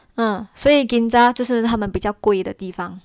所以 ginza 就是他们比较贵的地方